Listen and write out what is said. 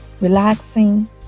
Relaxing